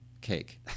cake